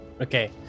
okay